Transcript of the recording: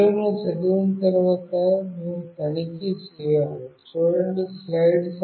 విలువలను చదివిన తరువాత మేము తనిఖీ చేయాలి